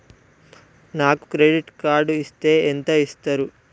నాకు credit card ఇస్తే ఎంత ఇస్తరు?